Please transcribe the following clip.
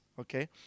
okay